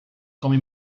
come